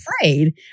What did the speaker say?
afraid